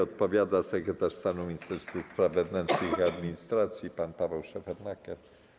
Odpowiada sekretarz stanu w Ministerstwie Spraw Wewnętrznych i Administracji pan Paweł Szefernaker.